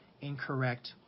incorrect